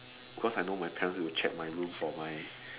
cause I know my parents will check my room for my